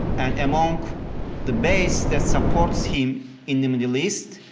and among the base that supports him in the middle east,